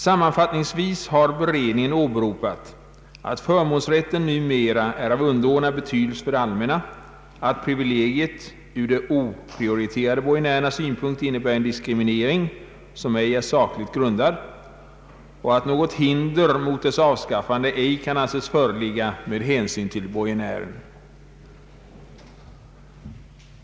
Sammanfattningsvis har beredningen åberopat att förmånsrätten numera är av underordnad betydelse för det allmänna, att privilegiet ur de oprioriterade borgenärernas synpunkt innebär en diskriminering som ej är sakligt grundad och att något hinder mot dess avskaffande ej kan anses föreligga med hänsyn till borgenären.